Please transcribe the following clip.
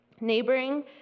Neighboring